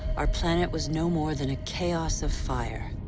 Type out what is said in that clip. our planet was no more than a chaos of fire,